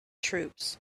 troops